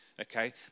okay